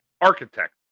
Architect